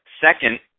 second